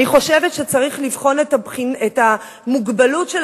אני חושבת שצריך לבחון את המוגבלות של